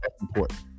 important